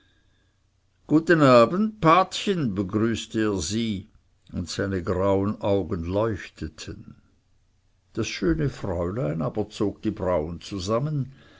guten abend patchen begrüßte er sie und seine grauen augen leuchteten das schöne fräulein aber zog die brauen zusammen